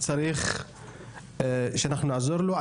צריך שאנחנו נעזור לו,